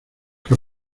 que